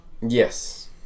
yes